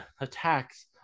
attacks